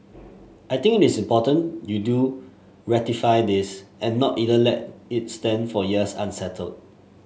I think it is important you do ratify this and not either let its stand for years unsettled